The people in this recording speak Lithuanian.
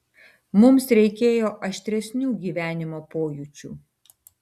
mums reikėjo aštresnių gyvenimo pojūčių